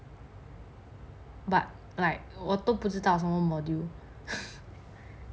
but like 我都不知道什么 modules